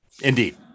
Indeed